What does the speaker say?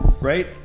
Right